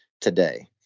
today